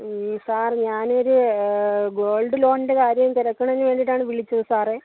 sir ഞാനൊരു gold ലോണിൻ്റെ കാര്യം തിരക്കണതിനു വേണ്ടിയിട്ടാണ് വിളിച്ചത് സാറെ